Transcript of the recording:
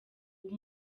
uwo